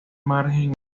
margen